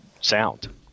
sound